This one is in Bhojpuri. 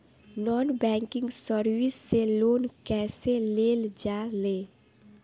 नॉन बैंकिंग सर्विस से लोन कैसे लेल जा ले?